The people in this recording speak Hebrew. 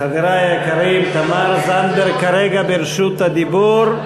חברי היקרים, תמר זנדברג כרגע ברשות הדיבור.